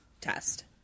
test